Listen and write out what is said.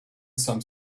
some